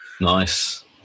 nice